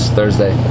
Thursday